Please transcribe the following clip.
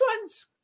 one's